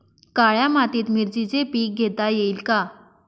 काळ्या मातीत मिरचीचे पीक घेता येईल का?